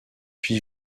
puis